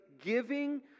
giving